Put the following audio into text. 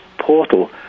portal